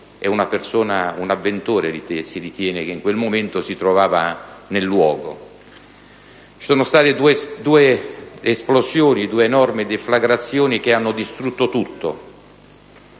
ad una persona, un avventore che si ritiene che in quel momento si trovasse sul posto. Vi sono state due esplosioni, due enormi deflagrazioni che hanno distrutto tutto.